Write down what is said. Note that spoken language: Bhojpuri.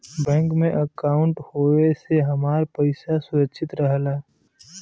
बैंक में अंकाउट होये से हमार पइसा सुरक्षित रहला